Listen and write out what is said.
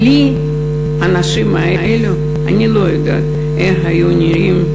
בלי האנשים האלו אני לא יודעת איך היו נראים,